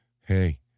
Hey